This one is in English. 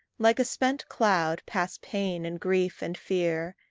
like a spent cloud pass pain and grief and fear,